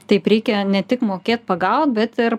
taip reikia ne tik mokėt pagauti bet ir